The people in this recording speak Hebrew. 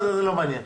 זה לא מעניין.